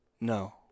No